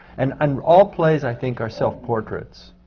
and and all plays, i think, are self-portraits.